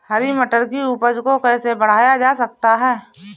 हरी मटर की उपज को कैसे बढ़ाया जा सकता है?